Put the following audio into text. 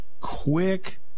quick